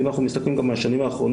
אם אנחנו מסתכלים גם על השנים האחרונות,